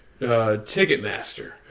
Ticketmaster